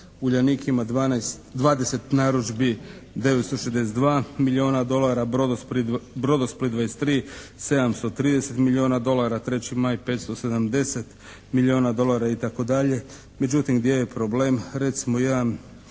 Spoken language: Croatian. "Uljanik" ima 20 narudžbi 962 milijuna dolara, "Brodosplit" 23 730 milijuna dolara, "3.maj" 570 milijuna dolara itd. Međutim gdje je problem?